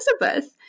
Elizabeth